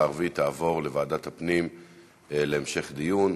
הערבית יעבור לוועדת הפנים להמשך דיון.